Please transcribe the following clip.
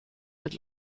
mit